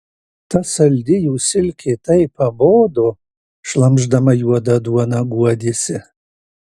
ta saldi jų silkė taip pabodo šlamšdama juodą duoną guodėsi